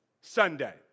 Sunday